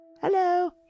Hello